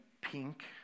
pink